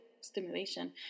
stimulation